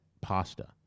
pasta